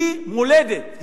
היא מולדת,